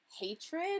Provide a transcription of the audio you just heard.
hatred